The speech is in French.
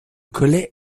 collet